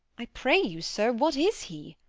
i pray you, sir, what is he?